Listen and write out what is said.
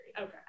okay